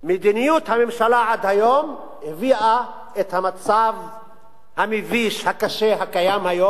מדיניות הממשלה עד היום הביאה את המצב המביש הקשה הקיים היום.